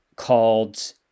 called